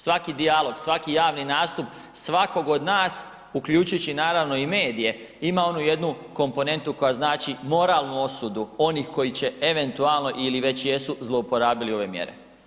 Svaki dijalog, svaki javni nastup, svakog od nas, uključujući naravno i medije ima onu jednu komponentu koja znači moralnu osudu onih koji će eventualno ili već jesu zlouporabili ove mjere.